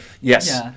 Yes